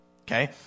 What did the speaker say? Okay